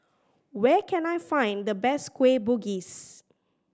where can I find the best Kueh Bugis